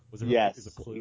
Yes